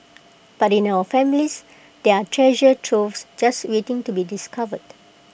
but in our families there are treasure troves just waiting to be discovered